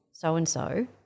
so-and-so